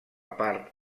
part